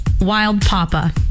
wild-papa